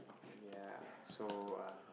and ya so uh